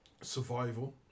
survival